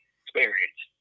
experience